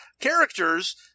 characters